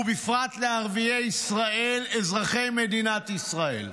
ובפרט לערביי ישראל, אזרחי מדינת ישראל.